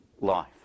life